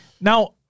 Now